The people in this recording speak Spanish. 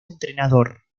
entrenador